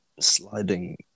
Sliding